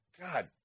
God